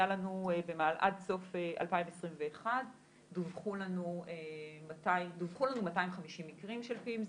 עד סוף 2021 דווחו לנו 250 מקרים של פימס.